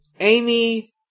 Amy